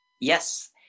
Yes